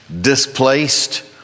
displaced